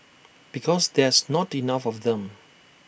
because there's not enough of them